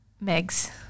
Meg's